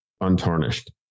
untarnished